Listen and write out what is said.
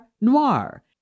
noir